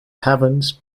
taverns